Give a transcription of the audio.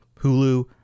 Hulu